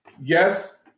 Yes